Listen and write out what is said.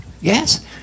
Yes